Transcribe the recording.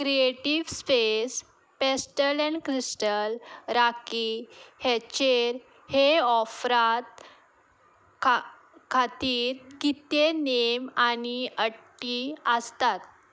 creative space pastel n crystal rocky हेचेर हे ऑफ्रात खा खातीर किते नेम आनी अटी आसतात